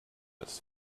its